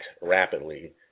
rapidly